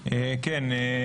כן.